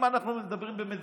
אנחנו לא ימין של סמוטריץ',